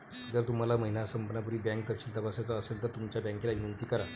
जर तुम्हाला महिना संपण्यापूर्वी बँक तपशील तपासायचा असेल तर तुमच्या बँकेला विनंती करा